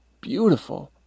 beautiful